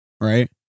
right